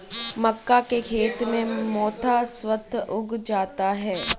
मक्का के खेत में मोथा स्वतः उग जाता है